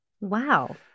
Wow